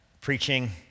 preaching